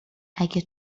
اگه